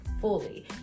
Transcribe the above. fully